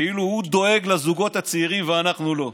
כאילו הוא דואג לזוגות הצעירים ואנחנו לא.